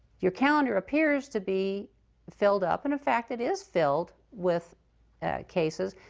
your calendar appears to be filled up and, in fact, it is filled with cases.